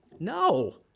No